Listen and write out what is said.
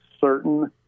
certain